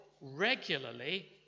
regularly